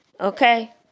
okay